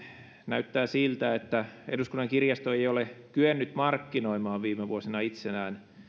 näyttää siltä että eduskunnan kirjasto ei ei ole kyennyt markkinoimaan viime vuosina itseään